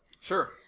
sure